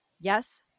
yes